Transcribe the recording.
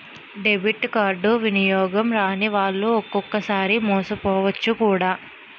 debit కార్డులు వినియోగం రానివాళ్లు ఒక్కొక్కసారి మోసపోవచ్చు కూడా